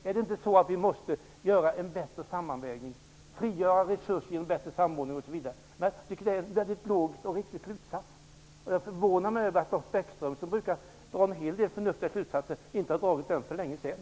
Är det inte så att vi måste göra en bättre sammanvägning, frigöra resurser genom bättre samordning osv.? Det tycker jag är en logisk och riktig slutsats. Det förvånar mig att Lars Bäckström, som brukar dra en hel del förnuftiga slutsatser, inte har dragit den för länge sedan.